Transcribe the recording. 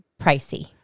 pricey